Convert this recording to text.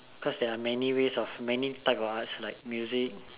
cause there are many ways many types of arts like music